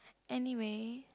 anyway